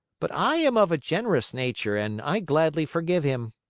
but i am of a generous nature, and i gladly forgive him.